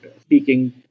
speaking